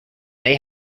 they